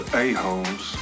a-holes